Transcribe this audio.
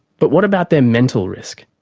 but what about their mental risk?